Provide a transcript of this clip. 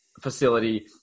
facility